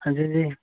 हां जी हा जी